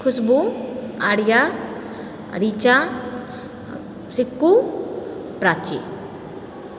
Khushboo Arya Richa Sikku Prachi